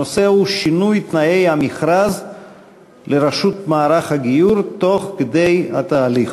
הנושא הוא: שינוי תנאי המכרז לראשות מערך הגיור תוך כדי התהליך.